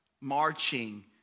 marching